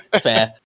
fair